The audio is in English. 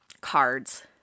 cards